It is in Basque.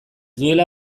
duela